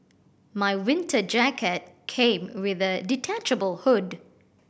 my winter jacket came with a detachable hood